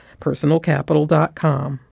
PersonalCapital.com